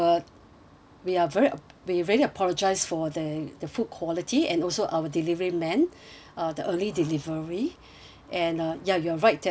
we are very we really apologise for the the food quality and also our delivery man uh the early delivery and uh ya you are right that the